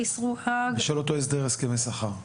אסרו חג --- בשל אותו הסכם שכר.